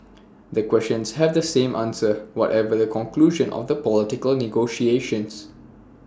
the questions have the same answer whatever the conclusion of the political negotiations